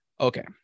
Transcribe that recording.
Okay